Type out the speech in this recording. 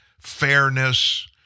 fairness